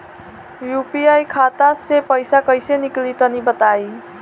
UPI खाता से पइसा कइसे निकली तनि बताई?